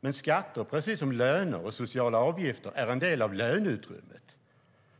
Men skatter, precis som löner och sociala avgifter, är en del av löneutrymmet